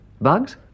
Bugs